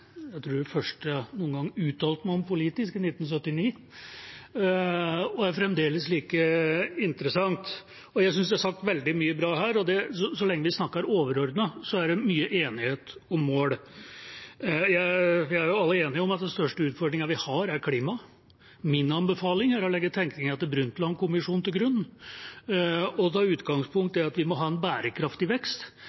jeg tror var første gangen jeg uttalte meg om noe politisk, i 1979. Det er fremdeles like interessant, og jeg synes det er sagt veldig mye bra her. Så lenge vi snakker overordnet, er det mye enighet om mål. Vi er alle enige om at den største utfordringen vi har, er klimaet. Min anbefaling er å legge tenkningen til Brundtland-kommisjonen til grunn og ta utgangspunkt